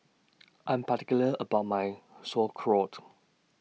I'm particular about My Sauerkraut